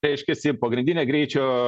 reiškiasi pagrindinė greičio